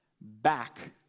back